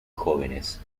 jóvenes